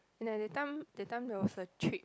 like that time that time there was a trip